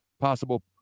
possible